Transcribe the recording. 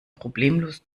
problemlos